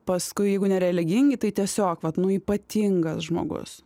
paskui jeigu nereligingi tai tiesiog vat nu ypatingas žmogus